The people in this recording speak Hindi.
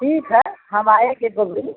ठीक है हम आएँगे जब भी